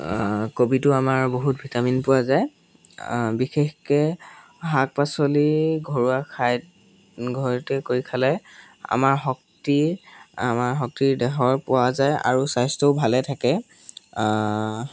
কবিতো আমাৰ বহুত ভিটামিন পোৱা যায় বিশেষকৈ শাক পাচলি ঘৰুৱা খাই ঘৰতে কৰি খালে আমাৰ শক্তি আমাৰ শক্তিৰ দেহৰ পোৱা যায় আৰু স্বাস্থ্যও ভালে থাকে